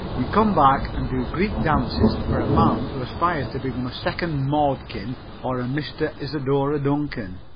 you come back and do greek dances for a man who aspires to become a second mordkin or a mr. isadora duncan.